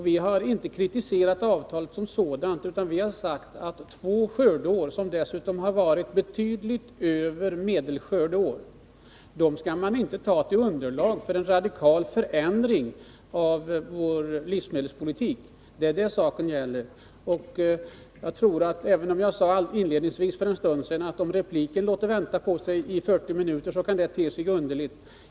Vi har inte kritiserat avtalet som sådant, utan vi har sagt att två skördeår, som dessutom varit betydligt mer än medelskördeår, inte skall utgöra underlag för en radikal förändring av vår livsmedelspolitik — det är det saken gäller. Jag sade för en stund sedan inledningsvis att det kan te sig underligt att repliken låter vänta på sig i en timme och 40 minuter.